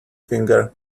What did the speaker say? finger